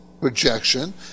projection